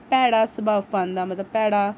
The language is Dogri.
भैड़ा सबब पांदा मतलब भैड़ा